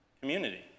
community